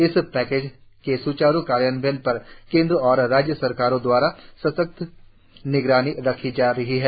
इस पैकेज के सूचारू कार्यान्वयन पर केंद्र और राज्य सरकारों दवारा सतत निगरानी रखी जार ही है